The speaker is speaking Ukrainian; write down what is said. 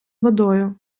водою